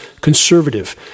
conservative